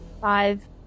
five